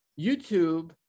YouTube